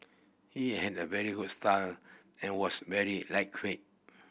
he had a very good style and was very lightweight